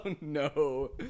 no